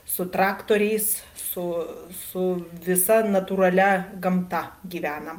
su traktoriais su su visa natūralia gamta gyvenam